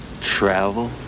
Travel